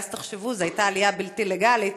ואז, תחשבו, זאת הייתה עלייה בלתי לגלית,